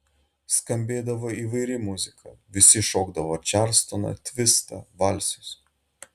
skambėdavo įvairi muzika visi šokdavo čarlstoną tvistą valsus